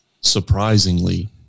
Surprisingly